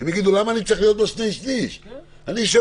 הם יגידו: למה אני צריך להיות בשני-שליש?